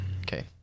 Okay